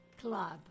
club